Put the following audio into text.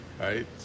right